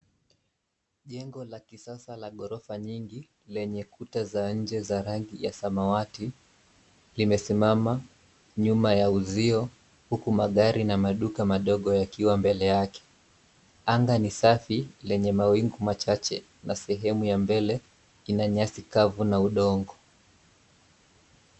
Jengo la kisasa la ghorofa nyingi lenye ukuta za nje zenye rangi ya zamawati, limesimama nyuma ya usio huku magari na maduka madogo yakiwa mbele yake. Angaa ni safi lenye mawingu machache na sehemu ya mbele ina nyasi kafu na udongo.